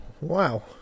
Wow